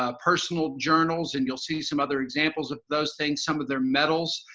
ah personal journals and you'll see some other examples of those things, some of their medals.